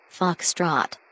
Foxtrot